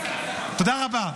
תודה רבה.